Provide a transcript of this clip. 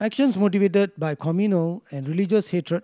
actions motivated by communal and religious hatred